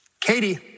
Katie